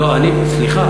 לא, סליחה.